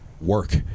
work